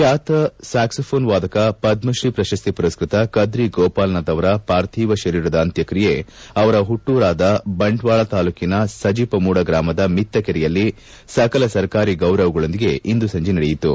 ಬ್ಲಾತ saxophone ವಾದಕ ಪದ್ರತ್ರೀ ಪ್ರಶಸ್ತಿ ಪುರಸ್ವತ ಕದ್ರಿ ಗೋಪಾಲನಾಥ್ ಅವರ ಪಾರ್ಥಿವ ಶರೀರದ ಅಂತ್ಯಕ್ರಿಯೆ ಪುಟ್ಲೂರಾದ ಬಂಟ್ವಾಳ ತಾಲೂಕಿನ ಸಜಪಮೂಡ ಗ್ರಾಮದ ಮಿತ್ತಕೆರೆಯಲ್ಲಿ ಸಕಲ ಸರಕಾರಿ ಗೌರವಗಳೊಂದಿಗೆ ಇಂದು ಸಂಜೆ ನಡೆಯಿತು